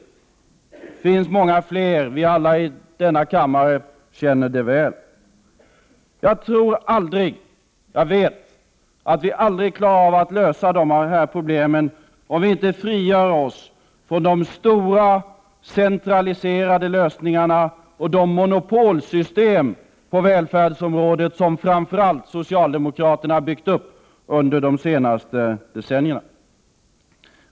Det finns många fler — vi alla i denna kammare känner till det väl. Jag vet att vi aldrig klarar av att lösa dessa problem om vi inte frigör oss från de stora centraliserade lösningarna, de monopolsystem på välfärdens område som framför allt socialdemokraterna byggt upp under de senaste decennierna.